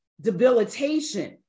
debilitation